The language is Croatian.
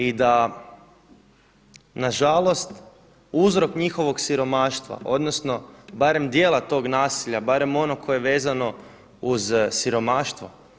I da na žalost uzrok njihovog siromaštva, odnosno barem dijela tog nasilja, barem ono koje je vezano uz siromaštvo.